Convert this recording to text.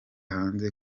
hanze